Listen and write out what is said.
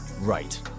right